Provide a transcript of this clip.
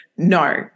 No